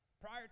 prior